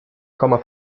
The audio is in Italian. coma